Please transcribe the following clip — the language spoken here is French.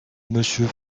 monsieur